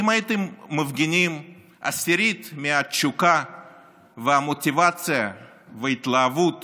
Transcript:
אם הייתם מפגינים עשירית מהתשוקה והמוטיבציה וההתלהבות